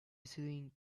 ceiling